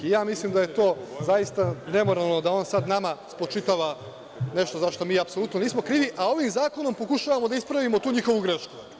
Ja mislim da je to zaista nemoralno da on sad nama spočitava nešto za šta mi apsolutno nismo krivi, a zakonom pokušavamo da ispravimo tu njihovu grešku.